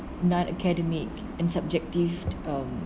non academic and subjective